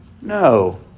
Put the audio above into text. No